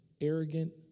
arrogant